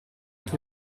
chi